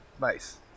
Nice